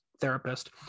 therapist